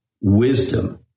wisdom